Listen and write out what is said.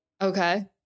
Okay